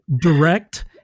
direct